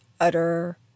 utter